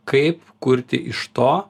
kaip kurti iš to